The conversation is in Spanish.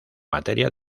materia